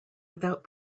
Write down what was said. without